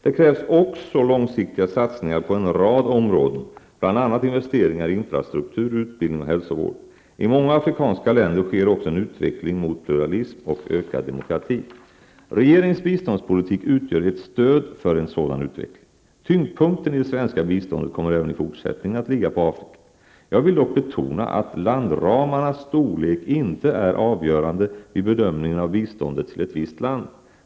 Det krävs också långsiktiga satsningar på en rad områden, bl.a. investeringar i infrastruktur, utbildning och hälsovård. I många afrikanska länder sker också en utveckling mot pluralism och ökad demokrati. Regeringens biståndspolitik utgör ett stöd för en sådan utveckling. Tyngdpunkten i det svenska biståndet kommer även i fortsättningen att ligga på Afrika. Jag vill dock betona att landramarnas storlek inte är avgörande vid bedömningen av biståndet till ett visst land.